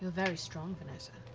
very strong, vanessa.